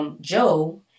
Joe